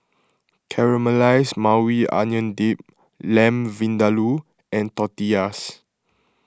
Caramelized Maui Onion Dip Lamb Vindaloo and Tortillas